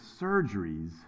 surgeries